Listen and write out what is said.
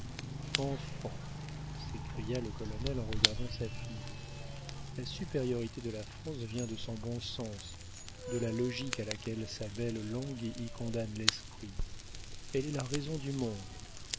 enfant s'écria le colonel en regardant sa fille la supériorité de la france vient de son bon sens de la logique à laquelle sa belle langue y condamne l'esprit elle est la raison du monde